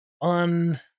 on